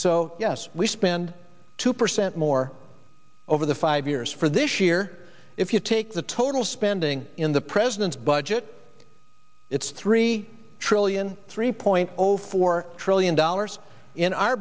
so yes we spend two percent more over the five years for this year if you take the total spending in the president's budget it's three trillion three point zero four trillion dollars in our